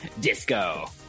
disco